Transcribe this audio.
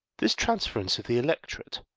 this transference of the electorate,